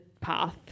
path